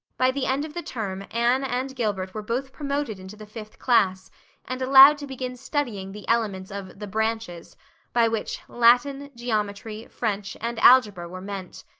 by the end of the term anne and gilbert were both promoted into the fifth class and allowed to begin studying the elements of the branches by which latin, geometry, french, and algebra were meant.